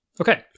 Okay